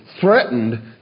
threatened